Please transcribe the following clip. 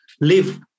live